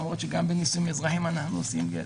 למרות שגם בנישואין אזרחיים אנחנו עושים גט.